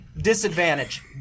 disadvantage